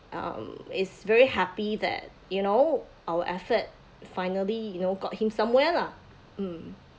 um is very happy that you know our effort finally you know got him somewhere lah um